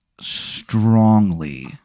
strongly